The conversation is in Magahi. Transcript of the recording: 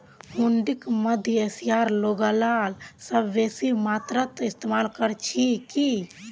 हुंडीक मध्य एशियार लोगला सबस बेसी मात्रात इस्तमाल कर छिल की